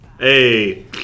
Hey